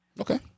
Okay